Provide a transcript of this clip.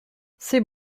c’est